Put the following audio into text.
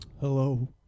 Hello